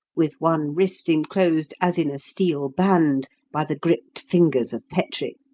with one wrist enclosed as in a steel band by the gripped fingers of petrie.